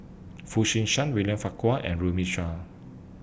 Foo Chee San William Farquhar and Runme Shaw